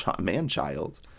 man-child